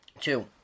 two